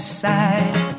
side